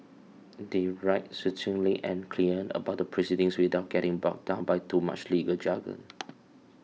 they write succinctly and clearly about the proceedings without getting bogged down by too much legal jargon